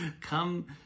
Come